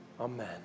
amen